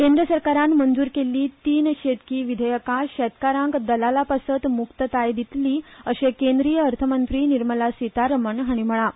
केंद्र सरकारान मंजूर केल्ली तीन शेतकी विधेयकां शेतकारांक दलालां पासत मुक्तताय दितली अशें केंद्रीय अर्थ मंत्री निर्मला सितारामन हांणी म्हणलां